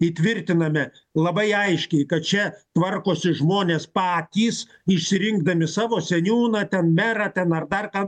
įtvirtiname labai aiškiai kad čia tvarkosi žmonės patys išsirinkdami savo seniūną ten merą ten ar dar ką